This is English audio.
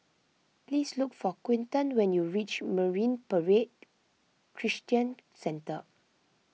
please look for Quinton when you reach Marine Parade Christian Centre